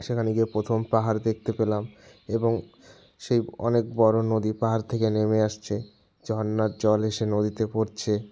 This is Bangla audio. সেখানে গিয়ে প্রথম পাহাড় দেখতে পেলাম এবং সেই অনেক বড় নদী পাহাড় থেকে নেমে আসছে ঝরনার জল এসে নদীতে পড়ছে